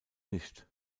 nicht